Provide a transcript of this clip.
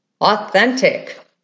authentic